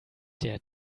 der